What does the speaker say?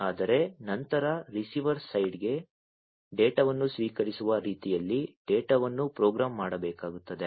ಅದರ ನಂತರ ರಿಸೀವರ್ ಸೈಡ್ಗೆ ಡೇಟಾವನ್ನು ಸ್ವೀಕರಿಸುವ ರೀತಿಯಲ್ಲಿ ಡೇಟಾವನ್ನು ಪ್ರೋಗ್ರಾಂ ಮಾಡಬೇಕಾಗುತ್ತದೆ